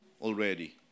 already